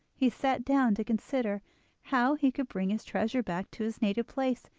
he sat down to consider how he could bring his treasure back to his native place,